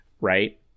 right